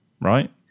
right